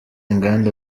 inganda